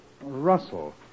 Russell